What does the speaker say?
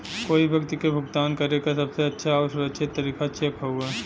कोई व्यक्ति के भुगतान करे क सबसे अच्छा आउर सुरक्षित तरीका चेक हउवे